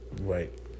Right